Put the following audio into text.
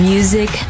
Music